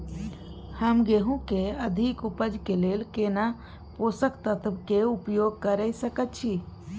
हम गेहूं के अधिक उपज के लेल केना पोषक तत्व के उपयोग करय सकेत छी?